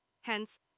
Hence